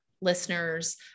listeners